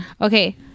Okay